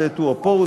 שזה to oppose,